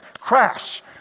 Crash